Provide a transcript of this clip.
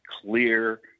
clear